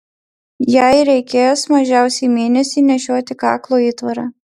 jai reikės mažiausiai mėnesį nešioti kaklo įtvarą